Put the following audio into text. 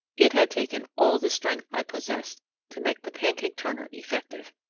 it had taken all the strength i possessed to make the pancake turner effective.